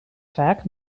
vaak